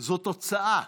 זו תוצאה,